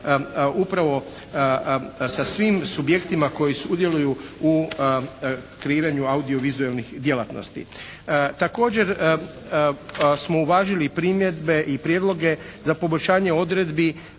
upravo sa svim subjektima koji sudjeluju u kreiranju audiovizualnih djelatnosti. Također, smo uvažili i primjedbe i prijedloge za poboljšanje odredbi